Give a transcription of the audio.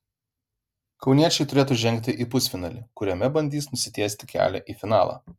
kauniečiai turėtų žengti į pusfinalį kuriame bandys nusitiesti kelią į finalą